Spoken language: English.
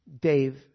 Dave